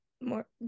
more